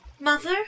Mother